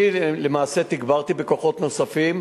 אני למעשה תגברתי בכוחות נוספים,